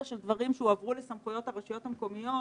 של דברים שהועברו לסמכויות הרשויות המקומיות